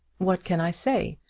what can i say?